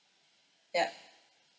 yup